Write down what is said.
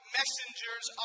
messengers